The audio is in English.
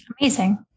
Amazing